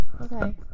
Okay